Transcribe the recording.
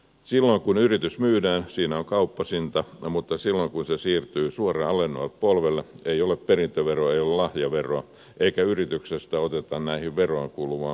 silloin kun yritys myydään siinä on kauppahinta mutta silloin kun se siirtyy suoraan alenevalle polvelle ei ole perintöveroa ei ole lahjaveroa eikä yrityksestä oteta näihin veroihin kuuluvaa käyttöpääomaa pois